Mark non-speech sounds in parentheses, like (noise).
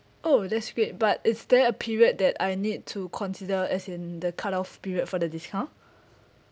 oh that's great but is there a period that I need to consider as in the cut off period for the discount (breath)